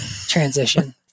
transition